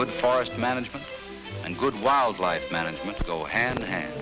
good forest management and good wildlife management go hand in hand